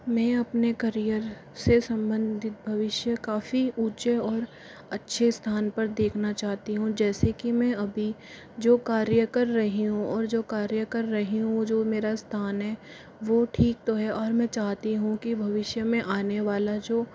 मैं अपने करियर से संबंधित भविष्य काफ़ी ऊंचे और अच्छे इस्थान पर देखना चाहती हूँ जैसे कि मैं अभी जो कार्य कर रही हूँ और जो कार्य कर रही हूँ जो मेरा स्थान है वो ठीक तो है और मैं चाहती हूँ कि भविष्य में आने वाला जो